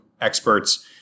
experts